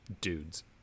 dudes